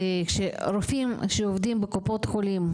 רופאים שאינם שכירים אלא עצמאיים שעובדים בקופות החולים,